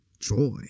joy